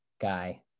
guy